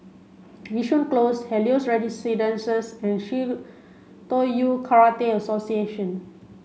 Yishun Close Helios Residences and Shitoryu Karate Association